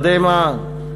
יודעים מה?